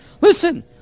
Listen